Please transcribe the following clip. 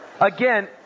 Again